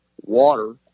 water